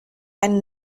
einen